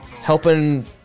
helping